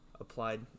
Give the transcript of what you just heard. applied